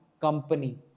company